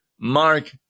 Mark